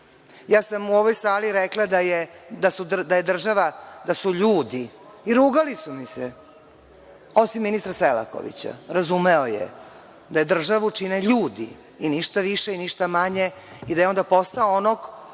Ja sam u ovoj sali rekla da je država, da su ljudi i rugali su mi se, osim ministra Selakovića, razumeo je da državu čine ljudi, i ništa više i ništa manje, i da je onda posao onog